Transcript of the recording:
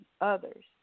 others